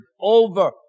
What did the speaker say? over